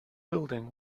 building